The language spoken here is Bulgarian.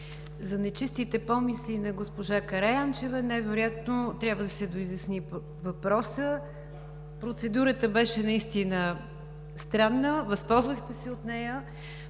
За нечистите помисли на госпожа Караянчева най-вероятно въпросът трябва да се доизясни. Процедурата беше наистина странна. Възползвахте се от нея.